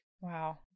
Wow